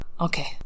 Okay